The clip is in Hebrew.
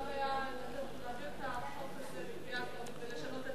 אז מה הבעיה להעביר את החוק הזה בקריאה טרומית ותוך כדי לשנות,